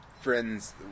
friends